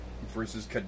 Versus